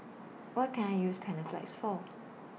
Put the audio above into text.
What Can I use Panaflex For